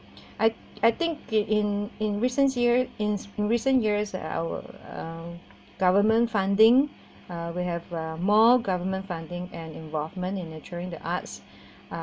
I I think it in in recent years in recent years that I were um government funding uh we have more government funding and involvement in nurturing the arts uh